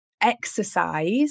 exercise